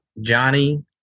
Johnny